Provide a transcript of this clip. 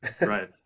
Right